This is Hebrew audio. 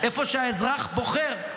איפה שהאזרח בוחר.